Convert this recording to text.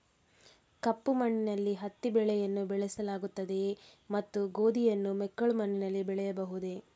ಕಪ್ಪು ಮಣ್ಣಿನಲ್ಲಿ ಹತ್ತಿ ಬೆಳೆಯನ್ನು ಬೆಳೆಸಲಾಗುತ್ತದೆಯೇ ಮತ್ತು ಗೋಧಿಯನ್ನು ಮೆಕ್ಕಲು ಮಣ್ಣಿನಲ್ಲಿ ಬೆಳೆಯಬಹುದೇ?